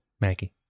Maggie